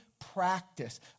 practice